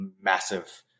massive